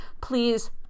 Please